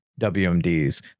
WMDs